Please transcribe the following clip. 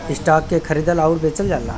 stock के खरीदल आउर बेचल जाला